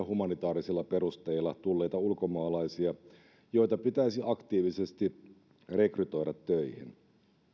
humanitaarisilla perusteilla tulleita ulkomaalaisia joita pitäisi aktiivisesti rekrytoida töihin